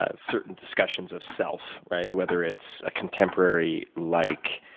ah certain discussions of self, right? whether it's a contemporary like